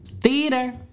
Theater